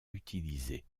utilisées